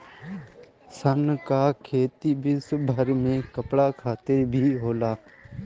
सन कअ खेती विश्वभर में कपड़ा खातिर भी होला